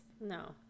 No